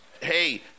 hey